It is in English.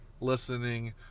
listening